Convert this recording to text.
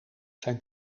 zijn